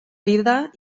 vida